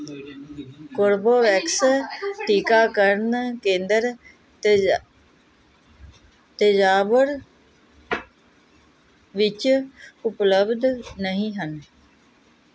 Corbevax ਟੀਕਾਕਰਨ ਕੇਂਦਰ ਤੰਜਾ ਤੰਜਾਵੁਰ ਵਿੱਚ ਉਪਲਬਧ ਨਹੀਂ ਹਨ